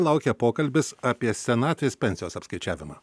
laukia pokalbis apie senatvės pensijos apskaičiavimą